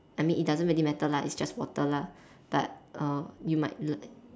I mean it doesn't really matter lah it's just water lah but err you might like